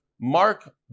Mark